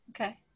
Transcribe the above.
Okay